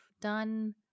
done